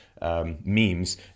memes